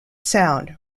sound